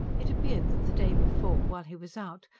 it appeared that the day before, while he was out,